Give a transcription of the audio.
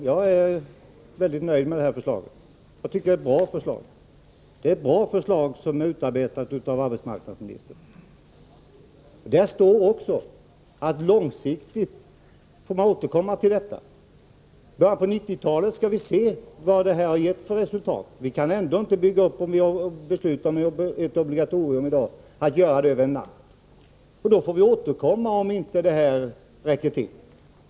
Fru talman! Ja, Lars-Ove Hagberg, jag är mycket nöjd med förslaget. Det är ett bra förslag som är utarbetat av arbetsmarknadsministern. Där står också, att man långsiktigt får återkomma till frågan. I början på 1990-talet skall vi se efter vad dagens beslut har gett för resultat. Även om vi i dag skulle besluta om ett obligatorium, kan vi inte genomföra obligatorisk företagshälsovård över en natt. Men vi får återkomma om det här beslutet inte blir tillräckligt.